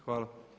Hvala.